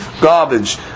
garbage